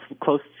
close